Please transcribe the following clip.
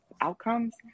outcomes